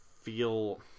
feel